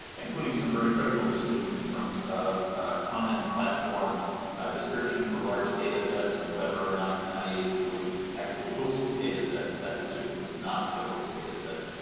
including some very critical decisions in terms of common platform description for large data sets and whether or not and nih would actually host data sets, that decision was not to host data sets,